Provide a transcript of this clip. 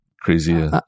crazy